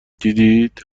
دیدید